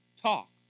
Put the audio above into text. talk